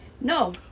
No